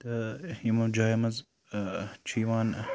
تہٕ یِمو جایو مَنٛز چھِ یِوان